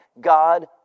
God